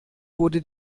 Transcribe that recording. wurde